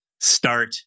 start